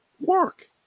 work